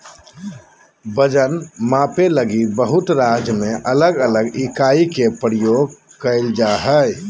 वजन मापे लगी बहुत राज्य में अलग अलग इकाई के प्रयोग कइल जा हइ